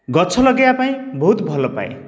ଗଛ ଲଗେଇବା ପାଇଁ ବହୁତ ଭଲପାଏ